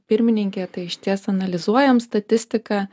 pirmininkė tai išties analizuojam statistiką